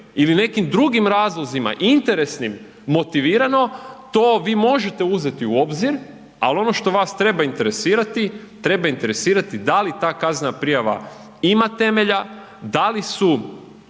ili nekim drugim razlozima interesnim motivirano, to vi možete uzeti u obzir, al ono što vas treba interesirati, treba interesirati da li ta kaznena prijava ima temelja, da li su